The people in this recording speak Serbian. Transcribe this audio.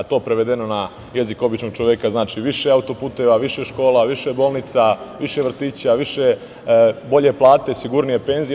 To prevedeno na jezik običnog čoveka znači više autoputeva, više škola, više bolnica, više vrtića, bolje plate, sigurnije penzije.